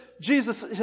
Jesus